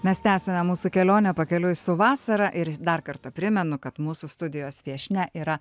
mes tęsiame mūsų kelionę pakeliui su vasara ir dar kartą primenu kad mūsų studijos viešnia yra